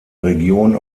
region